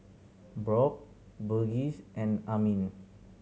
Brock Burgess and Amin